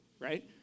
right